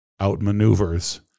outmaneuvers